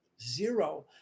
Zero